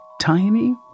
tiny